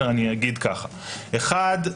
דבר אחד,